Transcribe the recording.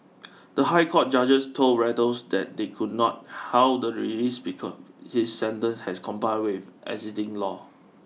the high court judges told Reuters they could not halt the release because his sentence had complied with existing law